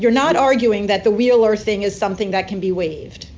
you're not arguing that the wheeler thing is something that can be waived